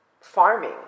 farming